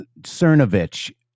Cernovich